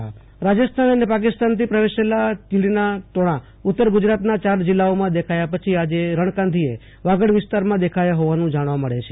આશુતોષ અંતાણી તીડ ઉપદ્રવ રાજસ્થાન અને પાકિસ્તાનથી પ્રવેશેલા ભીડના ટોળા ઉતર ગુરજાતમાં ચાર જિલ્લાઓમાં દેખાયા પછી આજે રણકાંધીએ વાગડ વિસ્તારમાં દેખાયા હોવાનું જાણવા મળે છે